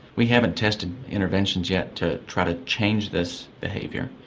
we haven't tested interventions yet to try to change this behaviour.